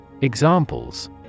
Examples